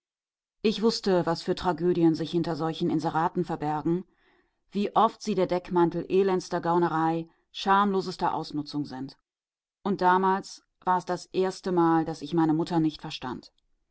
ich wußte was für tragödien sich hinter solchen inseraten verbergen wie oft sie der deckmantel elendester gaunerei schamlosester ausnutzung sind und damals war es das erstemal daß ich meine mutter nicht verstand